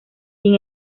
sin